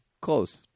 Close